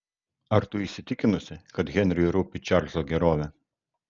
ar tu įsitikinusi kad henriui rūpi čarlzo gerovė